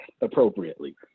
appropriately